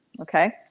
okay